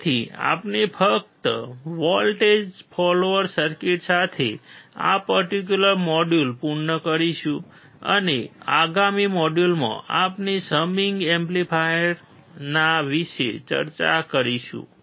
તેથી આપણે ફક્ત વોલ્ટેજ ફોલોઅર સર્કિટ સાથે આ પર્ટીક્યુલર મોડ્યુલ પૂર્ણ કરીશું અને આગામી મોડ્યુલમાં આપણે સમિંગ એમ્પ્લીફાયરના વિશે ચર્ચા કરીશું